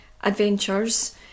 adventures